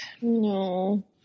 No